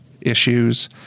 issues